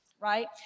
right